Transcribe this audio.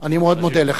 אני מאוד מודה לך.